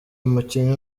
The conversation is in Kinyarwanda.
umukinnyi